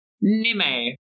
Nime